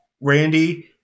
Randy